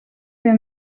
wir